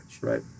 Right